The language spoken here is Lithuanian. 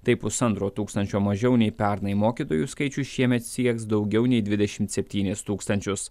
tai pusantro tūkstančio mažiau nei pernai mokytojų skaičius šiemet sieks daugiau nei dvidešimt septynis tūkstančius